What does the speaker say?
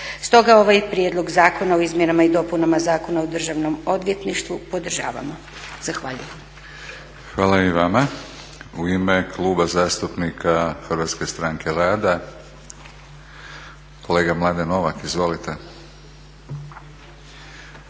Stoga ovaj Prijedlog zakona o izmjenama i dopunama Zakona o državnom odvjetništvu podržavamo. Zahvaljujem. **Batinić, Milorad (HNS)** Hvala i vama. U ime Kluba zastupnika Hrvatske stranke rada kolega Mladen Novak. Izvolite.